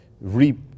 reap